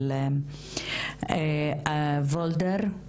על ולדר,